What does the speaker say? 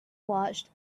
watched